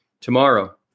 tomorrow